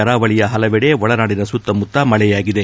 ಕರಾವಳಿಯ ಪಲವೆಡೆ ಒಳನಾಡಿನ ಸುತ್ತಮುತ್ತ ಮಳೆಯಾಗಿದೆ